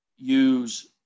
use